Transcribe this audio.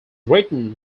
written